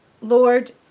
Lord